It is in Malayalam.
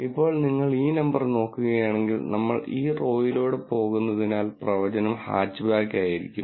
ഇപ്പോൾ നിങ്ങൾ ഈ നമ്പർ നോക്കുകയാണെങ്കിൽ നമ്മൾ ഈ റൊയിലൂടെ പോകുന്നതിനാൽ പ്രവചനം ഹാച്ച്ബാക്ക് ആയിരിക്കും